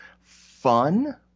fun